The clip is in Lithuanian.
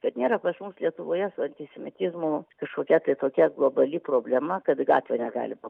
kad nėra pas mus lietuvoje su antisemitizmu kažkokia tai tokia globali problema kad į gatvę negalima